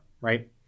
right